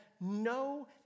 no